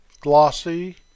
Glossy